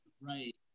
Right